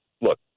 look